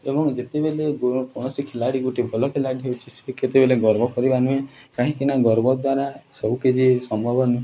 ଏବଂ ଯେତେବେଳେ କୌଣସି ଖେଳାଳି ଗୋଟେ ଭଲ ଖେଳାଳି ହଉଛି ସେ କେତେବେଳେ ଗର୍ବ କରିବା ନୁହେଁ କାହିଁକି ନା ଗର୍ବ ଦ୍ୱାରା ସବୁ କିଛି ସମ୍ଭବ ନୁହେଁ